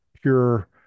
pure